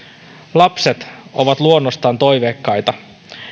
lapset ovat luonnostaan toiveikkaita